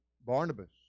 Barnabas